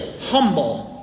humble